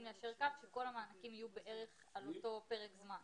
ליישר קו ושכל המענקים יהיו בערך על אותו פרק זמן.